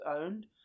owned